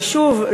שוב,